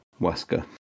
Wesker